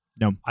No